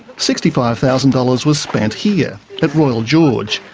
sixty five thousand dollars was spent here at royal george,